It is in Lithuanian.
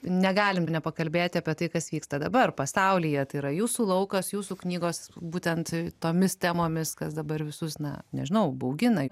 negalim nepakalbėt apie tai kas vyksta dabar pasaulyje tai yra jūsų laukas jūsų knygos būtent tomis temomis kas dabar visus na nežinau baugina